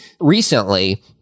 recently